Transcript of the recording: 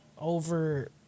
over